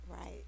Right